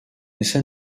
essai